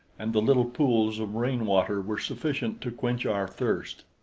and the little pools of rainwater were sufficient to quench our thirst.